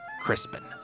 Crispin